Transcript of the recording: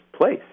place